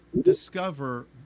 discover